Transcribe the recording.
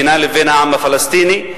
בינה לבין העם הפלסטיני,